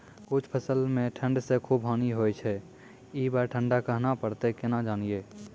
कुछ फसल मे ठंड से खूब हानि होय छैय ई बार ठंडा कहना परतै केना जानये?